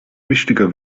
wichtiger